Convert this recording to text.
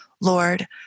Lord